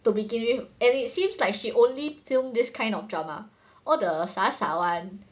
to begin with and it seems like she only film this kind of drama all the 傻傻 [one]